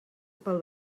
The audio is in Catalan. pel